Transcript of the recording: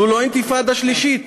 זו לא אינתיפאדה שלישית.